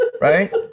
right